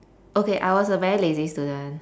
okay I was a very lazy student